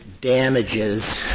Damages